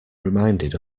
reminded